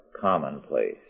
commonplace